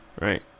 right